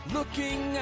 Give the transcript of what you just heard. Looking